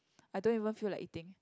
I don't even feel like eating